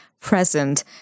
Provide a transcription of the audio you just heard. present